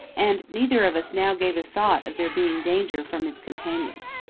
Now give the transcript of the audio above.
and neither of us now gave a thought of there being danger from his companions.